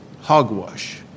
hogwash